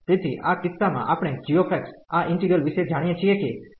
તેથીઆ કિસ્સા માં આપણે g આ ઈન્ટિગ્રલ વિશે જાણીયે છીએ કે તે આ 1√x છે